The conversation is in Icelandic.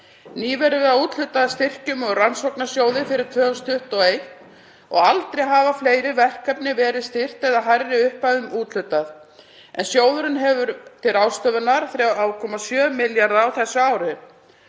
Nýverið var úthlutað styrkjum úr Rannsóknasjóði fyrir 2021 og aldrei hafa fleiri verkefni verið styrkt eða hærri upphæðum úthlutað, en sjóðurinn hefur til ráðstöfunar 3,7 milljarða á þessu ári.